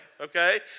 okay